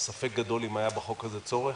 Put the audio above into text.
ספק גדול אם היה בחוק הזה צורך.